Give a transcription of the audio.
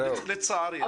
לצערי.